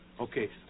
okay